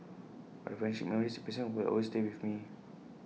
but the friendships memories and experiences will always stay with me